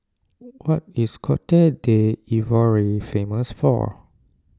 what is Cote D'Ivoire famous for